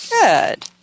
Good